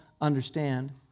understand